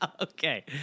Okay